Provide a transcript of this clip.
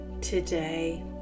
today